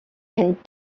and